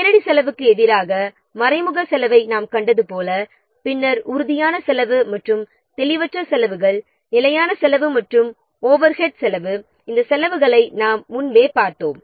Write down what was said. நேரடி செலவுக்கு எதிராக மறைமுக செலவை நாம் கண்டது போல பின்னர் உறுதியான செலவு மற்றும் தெளிவற்ற செலவுகள் நிலையான செலவு மற்றும் ஓவர்ஹெட் செலவு இந்த செலவுகளை நாம் முன்பே பார்த்தோம்